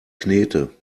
knete